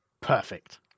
Perfect